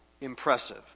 impressive